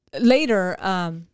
later